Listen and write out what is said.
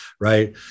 right